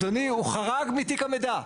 אדוני, הוא חרג מתיק המידע,